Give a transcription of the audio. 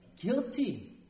Guilty